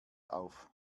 auf